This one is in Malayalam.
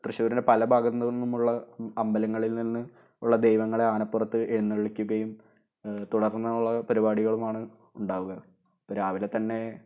തൃശ്ശൂരിന്റെ പല ഭാഗനിന്നുമുള്ള അമ്പലങ്ങളില് നിന്നുള്ള ദൈവങ്ങളെ ആനപ്പുറത്ത് എഴുന്നെള്ളിക്കുകയും തുടര്ന്നുള്ള പരിപാടികളുമാണ് ഉണ്ടാകുക രാവിലെ തന്നെ